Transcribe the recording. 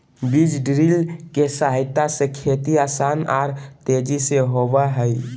बीज ड्रिल के सहायता से खेती आसान आर तेजी से होबई हई